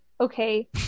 Okay